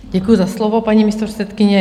Děkuji za slovo, paní místopředsedkyně.